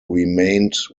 remained